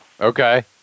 Okay